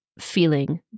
feeling